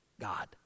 god